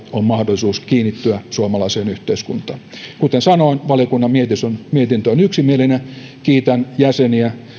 on mahdollisuus kiinnittyä suomalaiseen yhteiskuntaan kuten sanoin valiokunnan mietintö on yksimielinen kiitän jäseniä